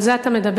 על זה אתה מדבר?